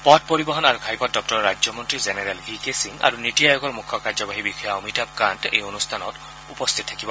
পথ পৰিবহন আৰু ঘাইপথ দপ্তৰৰ ৰাজ্যমন্তী জেনেৰেল ভি কে সিং আৰু নীতি আয়োগৰ মুখ্য কাৰ্যবাহী বিষয়া অমিতাভ কান্ত এই অনুষ্ঠানত উপস্থিত থাকিব